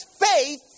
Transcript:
faith